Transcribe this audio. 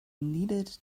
needed